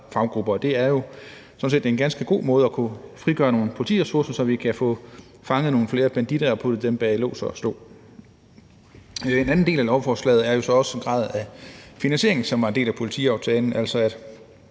det er jo sådan set en ganske god måde at kunne frigøre nogle politiressourcer, så vi kan få fanget nogle flere banditter og puttet dem bag lås og slå. En anden del af lovforslaget er jo så også en grad af den finansiering, som var en del af politiaftalen,